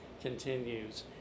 continues